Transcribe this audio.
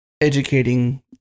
educating